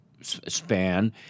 span